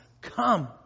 Come